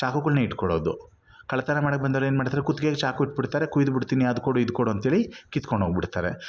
ಚಾಕುಗಳನ್ನ ಇಟ್ಕೊಳ್ಳೋದು ಕಳ್ಳತನ ಮಾಡೋಕೆ ಬಂದವ್ರು ಏನು ಮಾಡ್ತಾರೆ ಕುತ್ಗೆಗೆ ಚಾಕು ಇಟ್ಬಿಡ್ತಾರೆ ಕುಯ್ದು ಬಿಡ್ತೀನಿ ಅದು ಕೊಡು ಇದು ಕೊಡು ಅಂಥೇಳಿ ಕಿತ್ಕೊಂಡೋಗ್ಬಿಡ್ತಾರೆ